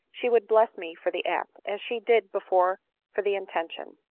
she would bless me for the act, as she did before for the intention.